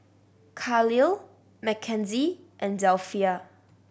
Kahlil Mackenzie and Delphia